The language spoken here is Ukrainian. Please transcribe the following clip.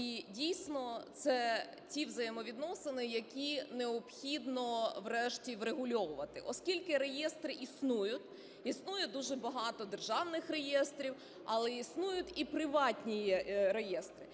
І, дійсно, це ті взаємовідносини, які необхідно врешті врегульовувати. Оскільки реєстри існують, існує дуже багато державних реєстрів, але існують і приватні реєстри.